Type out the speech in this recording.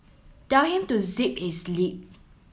tell him to zip his lip